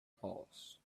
pause